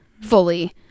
fully